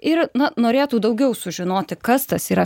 ir na norėtų daugiau sužinoti kas tas yra